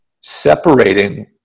separating